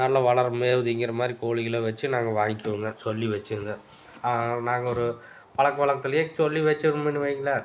நல்ல வளர மேவு தின்கிற மாதிரி கோழிகளை வச்சு நாங்கள் வாங்கிக்குவோங்க சொல்லி வச்சுருந்து நாங்கள் ஒரு பழக்க வழக்கத்துலையே சொல்லி வச்சமுன்னு வையுங்களேன்